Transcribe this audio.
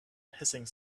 hissing